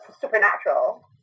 supernatural